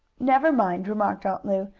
never mind, remarked aunt lu,